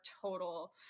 total